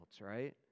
right